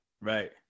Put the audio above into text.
Right